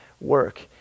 work